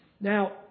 Now